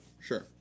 Sure